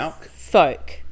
Folk